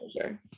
sure